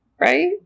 right